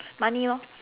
money lor